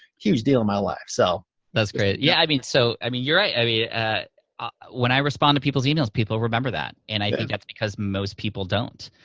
huge deal in my life. so that's great. yeah i mean so i mean, you're right. i mean when i respond to people's emails, people remember that. and i think that's because most people don't.